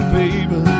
baby